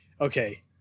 okay